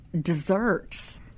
desserts